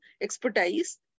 expertise